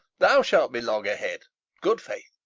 thou shalt be logger-head good faith,